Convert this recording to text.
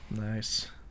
Nice